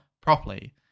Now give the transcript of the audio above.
properly